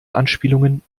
anspielungen